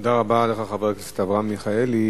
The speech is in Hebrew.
תודה רבה לך, חבר הכנסת אברהם מיכאלי.